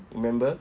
remember